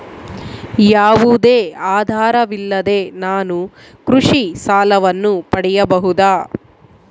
ಯಾವುದೇ ಆಧಾರವಿಲ್ಲದೆ ನಾನು ಕೃಷಿ ಸಾಲವನ್ನು ಪಡೆಯಬಹುದಾ?